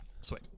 sweet